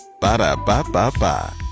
Ba-da-ba-ba-ba